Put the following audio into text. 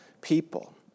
people